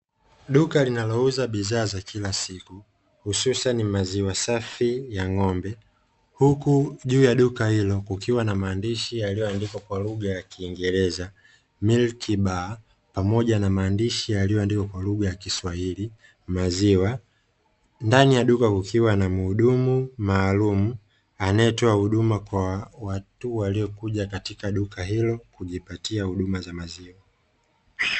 Duka linalouza bidhaa za kila siku hususan maziwa safi ya ng'ombe, huku juu ya duka hilo kukiwa na maandishi yaliyoandikwa kwa lugha ya kiingereza "MILK BAR" pamoja na maandishi yaliyoandikwa kwa lugha ya kiswahili maziwa. Ndani ya duka kukiwa na mhudumu maalumu anayetoa huduma kwa watu waliokuja katika duka hilo kujipatia huduma za maziwa.